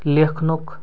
لیٚکھنُک